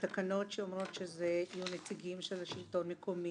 בתקנות שאומרות שזה יהיו נציגים של השלטון המקומי,